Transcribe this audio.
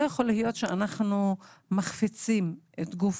לא יכול להיות שאנחנו מחפיצים את גוף